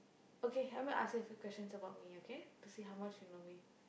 okay help me ask you a few questions about me okay to see how much you know me